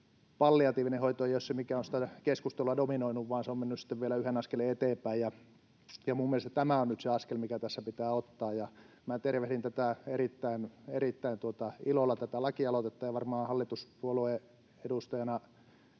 palliatiivinen hoito ei ole se, mikä on sitä keskustelua dominoinut, vaan se on mennyt sitten vielä yhden askeleen eteenpäin. Minun mielestäni tämä on nyt se askel, mikä tässä pitää ottaa. Minä tervehdin tätä lakialoitetta erittäin ilolla. Varmaan hallituspuolueen edustajana